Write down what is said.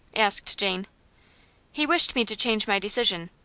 asked jane he wished me to change my decision.